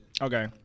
okay